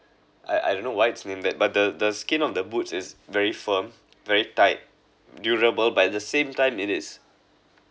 I I don't know why it's named that but the the skin of the boots is very firm very tight durable but the same time it is